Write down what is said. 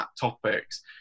topics